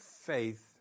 faith